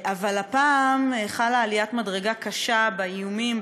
אבל הפעם חלה עליית מדרגה קשה באיומים,